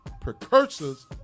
precursors